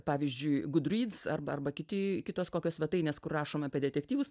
pavyzdžiui gudryts arba arba kiti kitos kokios svetainės kur rašoma apie detektyvus